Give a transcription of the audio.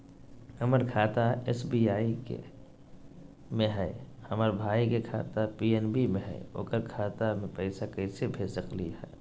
हमर खाता एस.बी.आई में हई, हमर भाई के खाता पी.एन.बी में हई, ओकर खाता में पैसा कैसे भेज सकली हई?